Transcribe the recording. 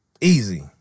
Easy